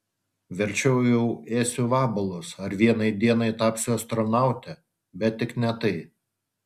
verčiau jau ėsiu vabalus ar vienai dienai tapsiu astronaute bet tik ne tai